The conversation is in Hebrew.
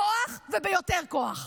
בכוח וביותר כוח.